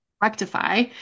rectify